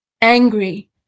Angry